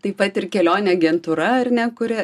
taip pat ir kelionių agentūra ar ne kuri